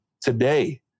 Today